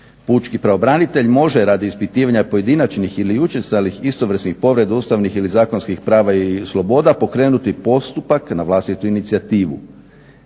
pučki pravobranitelj može radi ispitivanja pojedinačnih ili učestalih istovrsnih povreda ustavnih ili zakonskih prava i sloboda pokrenuti postupak na vlastitu inicijativu.